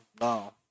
now